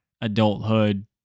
adulthood